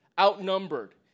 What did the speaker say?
outnumbered